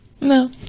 No